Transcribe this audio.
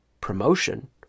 promotion